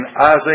Isaiah